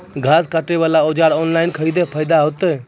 घास काटे बला औजार ऑनलाइन खरीदी फायदा होता?